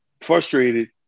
frustrated